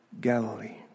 Galilee